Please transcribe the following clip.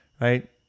right